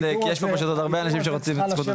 כי יש פה פשוט עוד הרבה אנשים שרוצים להשתתף.